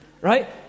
Right